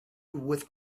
with